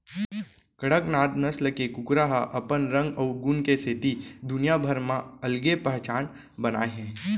कड़कनाथ नसल के कुकरा ह अपन रंग अउ गुन के सेती दुनिया भर म अलगे पहचान बनाए हे